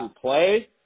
play